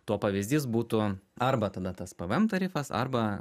to pavyzdys būtų arba tada tas pvm tarifas arba